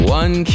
one